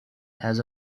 has